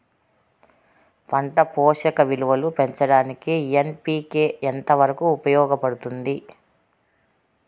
పంట పోషక విలువలు పెంచడానికి ఎన్.పి.కె ఎంత వరకు ఉపయోగపడుతుంది